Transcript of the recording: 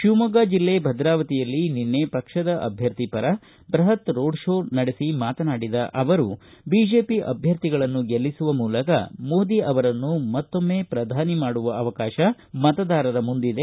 ಶಿವಮೊಗ್ಗ ಜಿಲ್ಲೆ ಭದ್ರಾವತಿಯಲ್ಲಿ ನಿನ್ನೆ ಪಕ್ಷದ ಅಭ್ವರ್ಥಿ ಪರ ಬೃಹತ್ ರೋ ಶೋ ನಡೆಸಿ ಮಾತನಾಡಿದ ಅವರು ಬಿಜೆಪಿ ಅಭ್ವರ್ಥಿಗಳನ್ನು ಗೆಲ್ಲಿಸುವ ಮೂಲಕ ಮೋದಿ ಅವರನ್ನು ಮತ್ತೊಮ್ಮೆ ಪ್ರಧಾನಿ ಮಾಡುವ ಅವಕಾಶ ಮತದಾರರ ಮುಂದಿದೆ